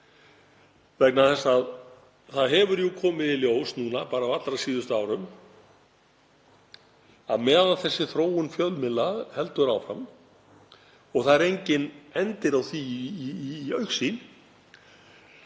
ólöglega. Það hefur jú komið í ljós á allra síðustu árum að meðan þessi þróun fjölmiðla heldur áfram — og það er enginn endir á því í augsýn